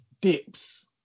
dips